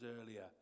earlier